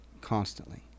constantly